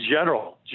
general